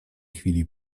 chwili